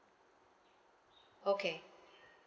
okay